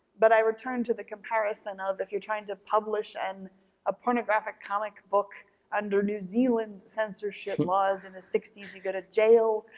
but i return to the comparison of if you're trying to publish and a pornographic comic book under new zealand's censorship laws in the sixty s, you go to jail.